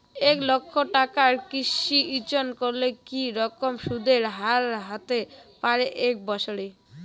এক লক্ষ টাকার কৃষি ঋণ করলে কি রকম সুদের হারহতে পারে এক বৎসরে?